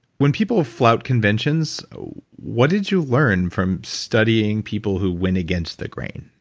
when people flout conventions what did you learn from studying people who win against the grain?